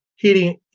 Heating